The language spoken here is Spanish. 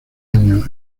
año